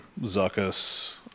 Zuckus